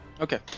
Okay